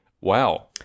Wow